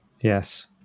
yes